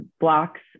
blocks